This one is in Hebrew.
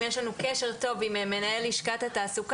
אם יש לנו קשר טוב עם מנהל לשכת התעסוקה,